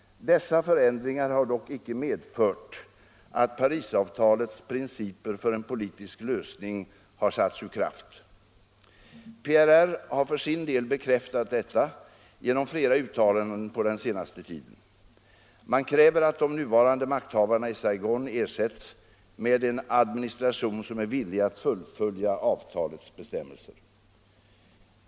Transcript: Dessa förändringar har dock icke medfört att Parisavtalets principer för en politisk lösning har satts ur kraft. PRR har för sin del bekräftat detta genom flera uttalanden på senaste tiden. Man kräver att de nuvarande makthavarna i Saigon ersätts med en administration som är villig att fullfölja avtalets bestämmelser.